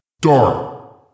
Dark